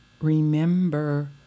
remember